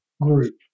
group